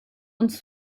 uns